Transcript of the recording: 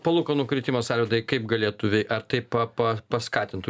palūkanų kritimas arvydai kaip galėtų ve ar tai pa pa paskatintų